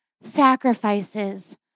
sacrifices